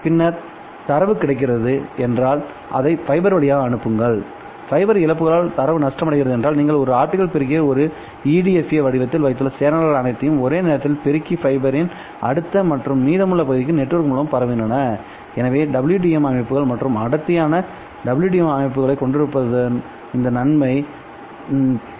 பின்னர் தரவு கிடைக்கிறது என்றால் அதை ஃபைபர் வழியாக அனுப்புங்கள்ஃபைபர் இழப்புகளால் தரவு நஷ்டமடைகிறது என்றால் நீங்கள் ஒரு ஆப்டிகல் பெருக்கியை ஒரு EDFA வடிவத்தில் வைத்து சேனல்கள் அனைத்தையும் ஒரே நேரத்தில் பெருக்கி ஃபைபரின் அடுத்த அல்லது மீதமுள்ள பகுதிக்கு நெட்வொர்க் மூலம் பரவுகின்றன எனவே WDM அமைப்புகள் மற்றும் அடர்த்தியான WDM அமைப்புகளைக் கொண்டிருப்பதன் இந்த நன்மை டி